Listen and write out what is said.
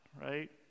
right